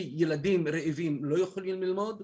כי ילדים רעבים לא יכולים ללמוד.